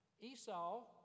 Esau